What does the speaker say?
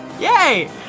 Yay